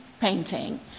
painting